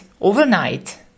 overnight